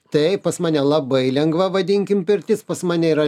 taip pas mane labai lengva vadinkim pirtis pas mane yra